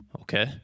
okay